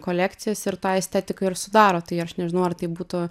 kolekcijas ir tą estetiką ir sudaro tai aš nežinau ar tai būtų